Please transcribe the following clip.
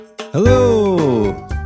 Hello